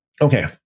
Okay